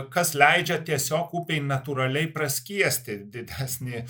kas leidžia tiesiog upei natūraliai praskiesti didesnį